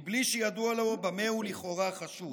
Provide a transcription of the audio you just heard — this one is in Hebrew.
בלי שידוע לו במה הוא לכאורה חשוד,